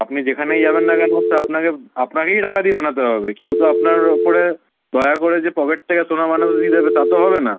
আপনি যেখানেই যাবেন না কেন হচ্ছে আপনাকে আপনাকেই টাকা দিয়ে বানাতে হবে কেউ তো আপনার ওপরে দয়া করে যে পকেট থেকে সোনা মানুষ দিয়ে দেবে তা তো হবে না